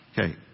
Okay